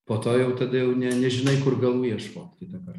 po to jau tada jau ne nežinai kur galų ieškot kitąkart